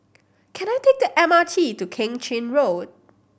can I take the M R T to Keng Chin Road